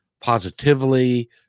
positively